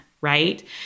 right